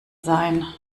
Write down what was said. sein